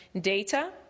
data